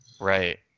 right